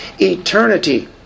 eternity